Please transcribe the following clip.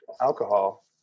alcohol